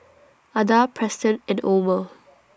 Ada Preston and Omer